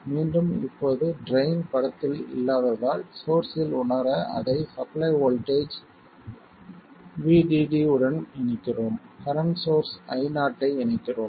மீண்டும் இப்போது ட்ரைன் படத்தில் இல்லாததால் சோர்ஸ்ஸில் உணர அதை சப்ளை வோல்ட்டேஜ் VDD உடன் இணைக்கிறோம் கரண்ட் சோர்ஸ் Io ஐ இணைக்கிறோம்